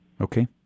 Okay